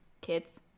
kids